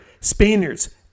Spaniards